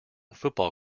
football